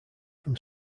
from